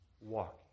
walking